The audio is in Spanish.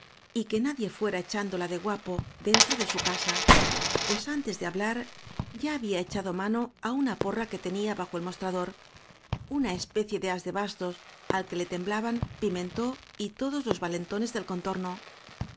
parroquianos y que nadie fuera echándola de guapo dentro de su casa pues antes de hablar ya había echado mano á una porra que tenía bajo el mostrador una especie de as de bastos al que le temblaban pimentá y todos los valentones del contorno